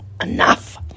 enough